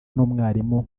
n’umwarimu